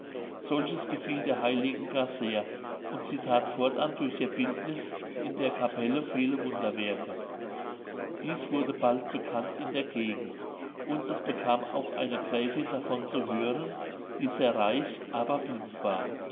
solches gefiel der heiligen gar sehr und sie that fortan durch ihr bildniß in der capelle viele wunderwerke dieß wurde bald bekannt in der gegend und es bekam auch eine gräfin davon zu hören die sehr reich aber blind war